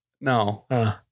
No